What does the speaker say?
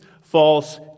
false